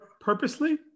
Purposely